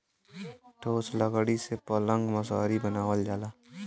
ठोस लकड़ी से पलंग मसहरी कुरसी बनावल जाला